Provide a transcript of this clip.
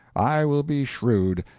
i will be shrewd,